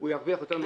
זה לא רלוונטי.